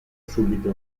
subito